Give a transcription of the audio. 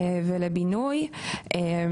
ולבינוי,